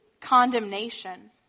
condemnation